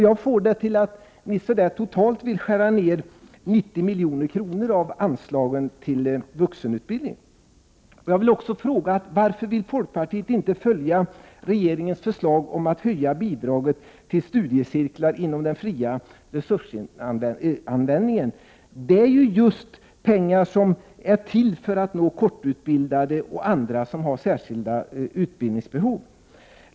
Jag får det till att ni vill skära ned anslaget till vuxenutbildning med totalt 90 miljoner. Jag vill också fråga: Varför vill folkpartiet inte följa regeringens förslag om att höja bidraget till studiecirklar inom den fria resursanvändningen? Det är pengar som är till för att nå kortutbildade och andra som har särskilda utbildningsbehov.